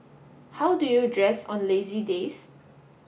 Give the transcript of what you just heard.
how do you dress on lazy days